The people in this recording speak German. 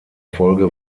folge